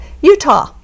Utah